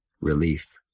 relief